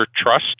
trust